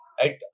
right